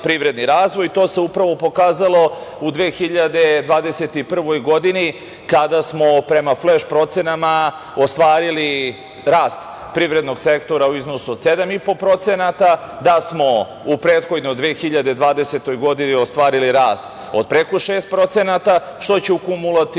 privredni razvoj i to se upravo pokazalo u 2021. godini kada smo, prema fleš procenama, ostvarili rast privrednog sektora u iznosu od 7,5%, da smo u prethodnoj 2020. godini ostvarili rast od preko 6%, što će u kumulativnom